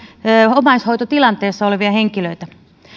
omaishoitotilanteissa olevia henkilöitä